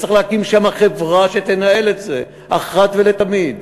וצריך להקים שם חברה שתנהל את זה, אחת ולתמיד,